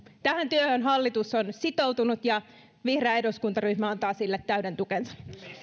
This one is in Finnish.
tähän työhön hallitus on sitoutunut ja vihreä eduskuntaryhmä antaa sille täyden tukensa